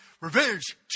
revenge